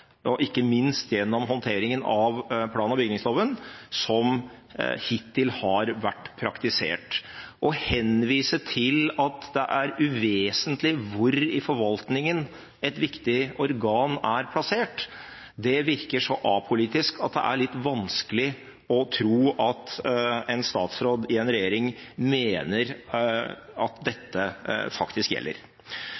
og ikke minst gjennom håndteringen av plan- og bygningsloven, som hittil har vært praktisert. Å henvise til at det er uvesentlig hvor i forvaltningen et viktig organ er plassert, virker så apolitisk at det er litt vanskelig å tro at en statsråd i en regjering mener at